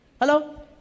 Hello